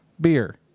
beer